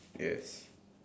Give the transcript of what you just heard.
yes